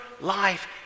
life